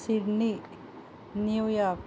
Sydney New York